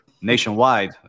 nationwide